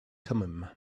thummim